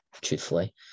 Truthfully